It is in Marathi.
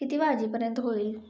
किती वाजेपर्यंत होईल